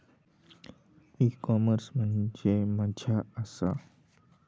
E commerce म्हणजे मझ्या आसा?